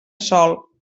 sol